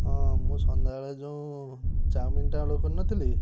ହଁ ମୁଁ ସନ୍ଧ୍ୟାବେଳେ ଯେଉଁ ଚାଉମିନ୍ଟା ଅର୍ଡ଼ର କରିନଥିଲି